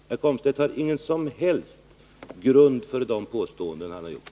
Herr Komstedt har ingen som helst grund för de påståenden han gjort.